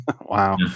Wow